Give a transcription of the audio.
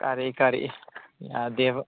ꯀꯔꯤ ꯀꯔꯤ ꯌꯥꯗꯦꯕ